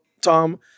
Tom